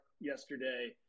yesterday